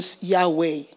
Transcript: Yahweh